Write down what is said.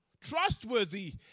trustworthy